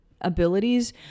abilities